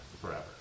forever